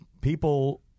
people